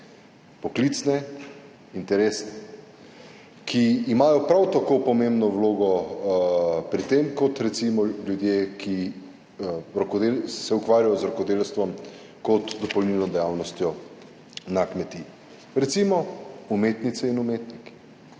poklicne, interesne, ki imajo prav tako pomembno vlogo pri tem kot, recimo, ljudje, ki se ukvarjajo z rokodelstvom kot dopolnilno dejavnostjo na kmetiji. Recimo, umetnice in umetniki